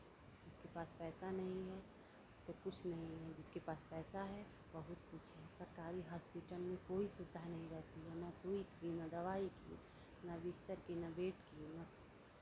जिसके पास पैसा नहीं है तो कुछ नहीं है जिसके पास पैसा है बहुत कुछ है सरकारी हॉस्पिटल में कोई सुविधा नहीं रहती है ना सुई की ना दवाई की ना बिस्तर की ना बेड की ना